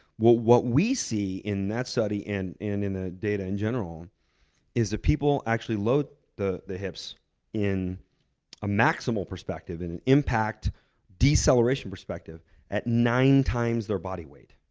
what what we see in that study and in in the data in general is the people actually load the the hips in a maximal perspective and impact deceleration perspective at nine times their body weight.